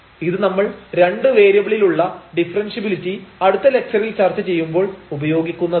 ഇത് നമ്മൾ 2 വേരിയബിളിലുള്ള ഡിഫറെൻഷ്യബിലിറ്റി അടുത്ത ലക്ച്ചറിൽ ചർച്ച ചെയ്യുമ്പോൾ ഉപയോഗിക്കുന്നതാണ്